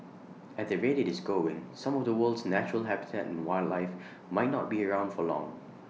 at the rate IT is going some of the world's natural habitat and wildlife might not be around for long